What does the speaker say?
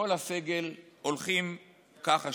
כל הסגל הולכים ככה,